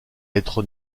être